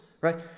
right